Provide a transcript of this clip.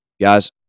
Guys